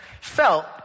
felt